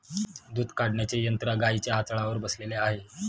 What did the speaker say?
दूध काढण्याचे यंत्र गाईंच्या आचळावर बसवलेले आहे